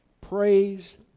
Praise